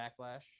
Backlash